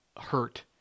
hurt